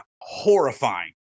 horrifying